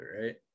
right